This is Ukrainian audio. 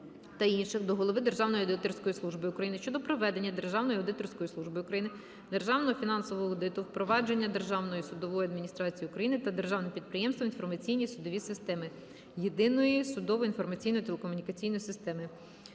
Державної аудиторської служби України